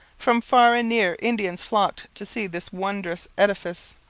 from far and near indians flocked to see this wondrous edifice.